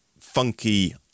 funky